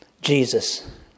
Jesus